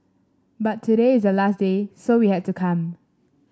but today is the last day so we had to come